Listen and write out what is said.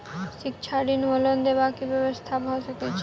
शिक्षा ऋण वा लोन देबाक की व्यवस्था भऽ सकै छै?